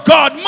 God